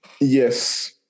Yes